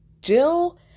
Jill